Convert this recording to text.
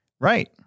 Right